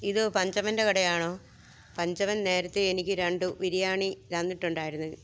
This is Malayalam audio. ഇത് പഞ്ചമൻ്റെ കടയാണോ പഞ്ചമൻ നേരത്തെയെനിക്ക് രണ്ടു ബിരിയാണി തന്നിട്ടുണ്ടായിരുന്നു